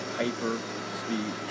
hyper-speed